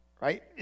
right